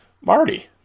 Marty